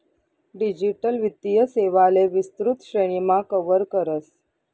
digital वित्तीय सेवांले विस्तृत श्रेणीमा कव्हर करस